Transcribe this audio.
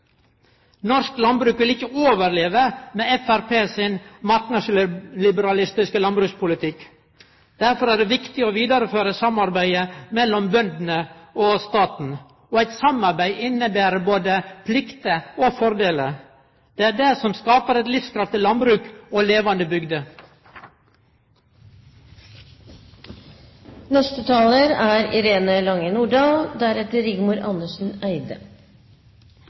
Norsk landbruk vil ikkje overleve med Framstegspartiets marknadsliberalistiske landbrukspolitikk. Derfor er det viktig å vidareføre samarbeidet mellom bøndene og staten. Og eit samarbeid inneber både plikter og fordelar. Det er det som skaper eit livskraftig landbruk og levande